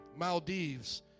Maldives